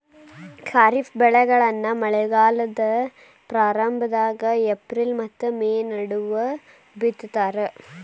ಖಾರಿಫ್ ಬೆಳೆಗಳನ್ನ ಮಳೆಗಾಲದ ಆರಂಭದಾಗ ಏಪ್ರಿಲ್ ಮತ್ತ ಮೇ ನಡುವ ಬಿತ್ತತಾರ